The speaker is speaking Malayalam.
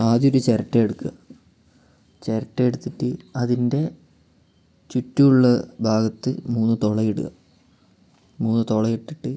ആദ്യമൊരു ചിരട്ടയെടുക്കുക ചിരട്ടയെടുത്തിട്ട് അതിൻ്റെ ചുറ്റുമുള്ള ഭാഗത്ത് മൂന്നു തുളയിടുക മൂന്നു തുളയിട്ടിട്ട്